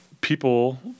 people